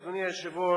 אדוני היושב-ראש,